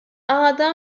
għadha